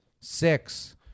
Six